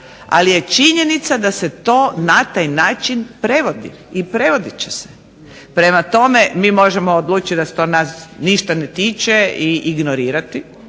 Ali je činjenica da se to na taj način prevodi i prevodit će se. Prema tome, mi možemo odlučiti da se to nas ništa ne tiče i ignorirati.